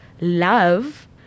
love